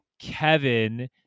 kevin